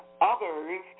others